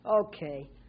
Okay